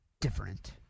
different